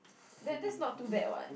that that's not too bad [what]